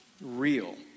real